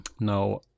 Now